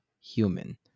human